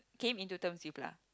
came into terms